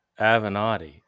Avenatti